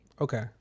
Okay